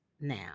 now